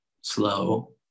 slow